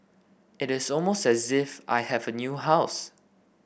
it is almost as if I have a new house